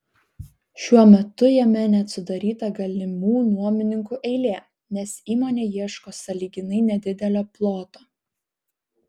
šiuo metu jame net sudaryta galimų nuomininkų eilė nes įmonė ieško sąlyginai nedidelio ploto